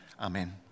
Amen